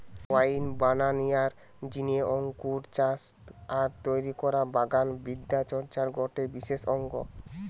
wine বানানিয়ার জিনে আঙ্গুর চাষ আর তৈরি করা বাগান বিদ্যা চর্চার গটে বিশেষ অঙ্গ